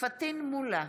פטין מולא,